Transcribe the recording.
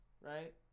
right